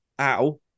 ow